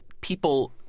people –